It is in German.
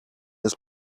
ist